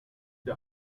der